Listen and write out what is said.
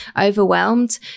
overwhelmed